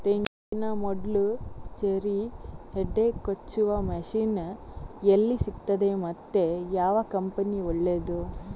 ತೆಂಗಿನ ಮೊಡ್ಲು, ಚೇರಿ, ಹೆಡೆ ಕೊಚ್ಚುವ ಮಷೀನ್ ಎಲ್ಲಿ ಸಿಕ್ತಾದೆ ಮತ್ತೆ ಯಾವ ಕಂಪನಿ ಒಳ್ಳೆದು?